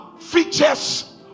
features